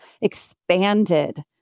expanded